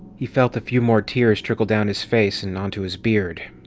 he felt a few more tears trickle down his face and into his beard.